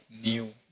new